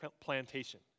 plantation